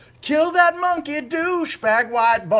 kill that monk-y douchebag, white but